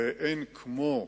ואין כמו